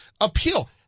appeal